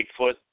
Bigfoot